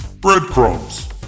Breadcrumbs